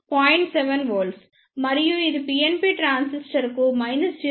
7 V మరియు ఇది PNP ట్రాన్సిస్టర్కు 0